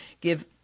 give